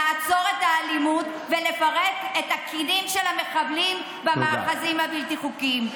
לעצור את האלימות ולפרק את הקינים של המחבלים במאחזים הבלתי-חוקיים.